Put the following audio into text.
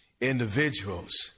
individuals